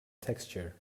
texture